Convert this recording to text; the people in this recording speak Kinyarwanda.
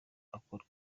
akorwe